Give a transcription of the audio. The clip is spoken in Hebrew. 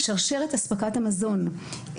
שרשרת אספקת המזון,